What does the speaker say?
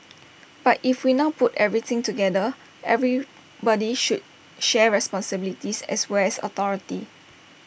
but if we now put everything together everybody should share responsibilities as well as authority